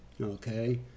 Okay